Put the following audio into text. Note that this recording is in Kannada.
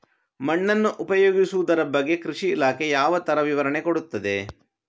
ಮಣ್ಣನ್ನು ಉಪಯೋಗಿಸುದರ ಬಗ್ಗೆ ಕೃಷಿ ಇಲಾಖೆ ಯಾವ ತರ ವಿವರಣೆ ಕೊಡುತ್ತದೆ?